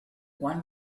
one